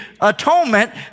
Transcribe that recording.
atonement